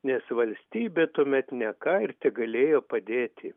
nes valstybė tuomet ne ką ir tegalėjo padėti